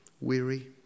weary